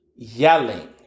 Yelling